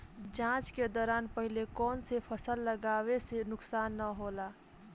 जाँच के दौरान पहिले कौन से फसल लगावे से नुकसान न होला?